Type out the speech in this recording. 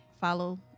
follow